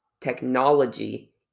Technology